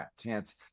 chance